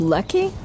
Lucky